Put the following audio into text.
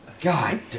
God